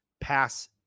pass